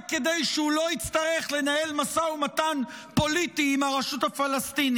רק כדי שהוא לא יצטרך לנהל משא ומתן פוליטי עם הרשות הפלסטינית.